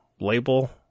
label